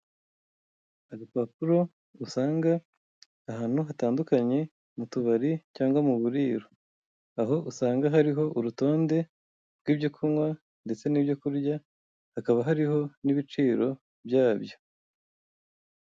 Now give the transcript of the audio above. Urupapuro usanga ahantu hatandukanye mu tubari cyangwa mu buriro. Aho usanga hariho urutonde rw'ibyo kunywa ndetse n'ibyo kurya, hakaba hariho n'ibiciro byabyo.